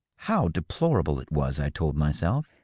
how deplorable it was, i told myself,